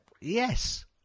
Yes